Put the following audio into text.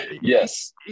Yes